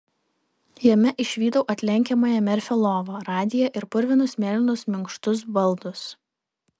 jame išvydau atlenkiamąją merfio lovą radiją ir purvinus mėlynus minkštus baldus